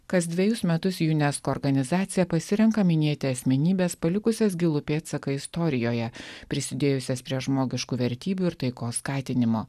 kas dvejus metus unesco organizacija pasirenka minėti asmenybes palikusias gilų pėdsaką istorijoje prisidėjusias prie žmogiškų vertybių ir taikos skatinimo